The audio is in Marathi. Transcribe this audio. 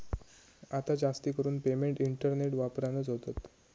आता जास्तीकरून पेमेंट इंटरनेट वापरानच होतत